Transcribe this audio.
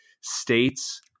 States